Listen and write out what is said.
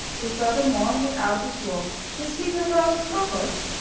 they furthermore let out this roar shall caesar further scoff us?